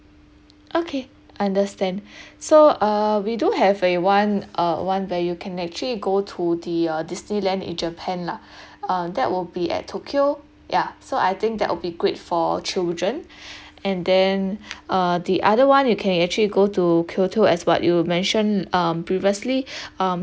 okay understand so uh we do have a one uh one where you can actually go to the uh disneyland in japan lah uh that will be at tokyo ya so I think that will be great for children and then uh the other one you can actually go to kyoto as what you mentioned um previously um